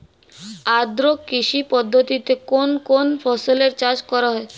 আদ্র কৃষি পদ্ধতিতে কোন কোন ফসলের চাষ করা হয়?